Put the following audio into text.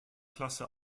klasse